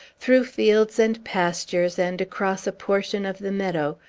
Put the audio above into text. through fields and pastures, and across a portion of the meadow,